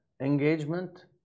engagement